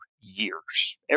years